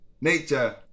Nature